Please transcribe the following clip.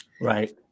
right